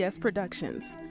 Productions